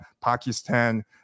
Pakistan